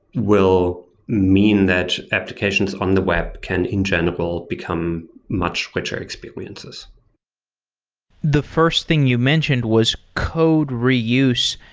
will mean that applications on the web can in general become much richer experiences the first thing you mentioned was code reuse.